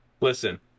listen